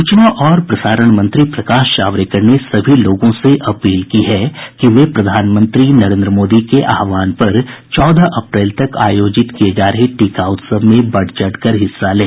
सूचना और प्रसारण मंत्री प्रकाश जावडेकर ने सभी लोगों से अपील की है कि वे प्रधानमंत्री नरेन्द्र मोदी के आहवान पर चौदह अप्रैल तक आयोजित किए जा रहे टीका उत्सव में बढ़चढ़ कर हिस्सा लें